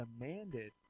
demanded